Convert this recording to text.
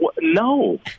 no